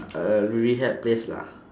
a rehab place lah